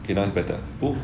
okay now it's better